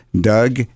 doug